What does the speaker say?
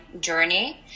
journey